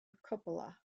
cupola